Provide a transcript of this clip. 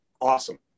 Awesome